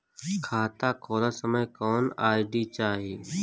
खाता खोलत समय कौन आई.डी चाही?